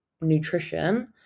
nutrition